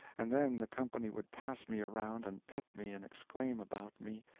and then the company would pass me around and pet me and exclaim about me,